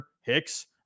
Hicks